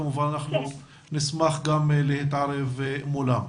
כמובן אנחנו נשמח גם להתערב מולם.